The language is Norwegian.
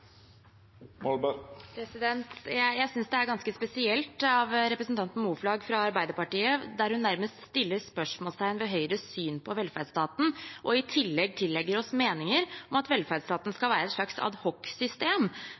Jeg synes det er ganske spesielt av representanten Moflag fra Arbeiderpartiet når hun nærmest setter spørsmålstegn ved Høyres syn på velferdsstaten, og i tillegg tillegger oss meninger om at velferdsstaten